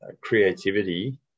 creativity